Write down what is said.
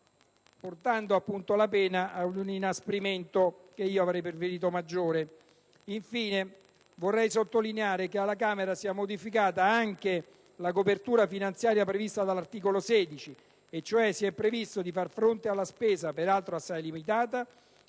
appunto la pena ad un inasprimento che avrei preferito maggiore. Vorrei sottolineare che alla Camera si è modificata anche la copertura finanziaria prevista dall'articolo 16 e cioè si è previsto di far fronte alla spesa, peraltro assai limitata,